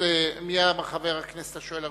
מי חבר הכנסת השואל הראשון?